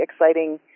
exciting